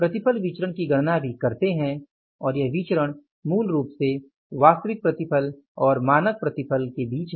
प्रतिफल विचरण की गणना भी करते हैं और यह विचरण मूल रूप से वास्तविक प्रतिफल और मानक प्रतिफल के बीच है